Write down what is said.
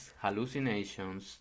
hallucinations